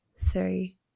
three